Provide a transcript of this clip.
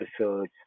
episodes